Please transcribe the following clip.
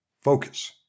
Focus